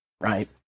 right